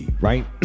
right